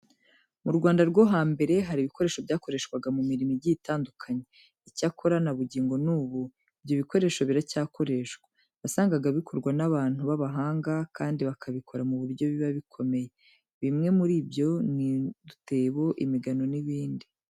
Mu Rwanda rwo hambere hari ibikoresho byakoreshwaga mu mirimo igiye itandukanye. Icyakora na bugingo n'ubu, ibyo bikoresho biracyakoreshwa. Wasangaga bikorwa n'abantu b'abahanga, kandi bakabikora ku buryo biba bikomeye. Bimwe muri byo ni nk'udutebo, imigano n'ibindi.